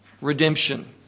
redemption